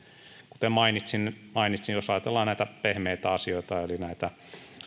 kuten mainitsin jos ajatellaan näitä pehmeitä asioita eli näitä